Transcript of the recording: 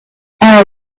air